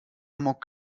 amok